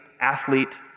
athlete